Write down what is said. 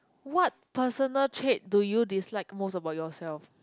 what personal trait do you dislike most about yourself